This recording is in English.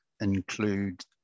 include